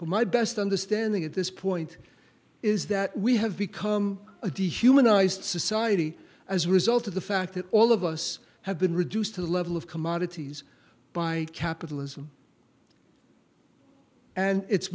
but my best understanding at this point is that we have become a dehumanized society as a result of the fact that all of us have been reduced to the level of commodities by capitalism and it's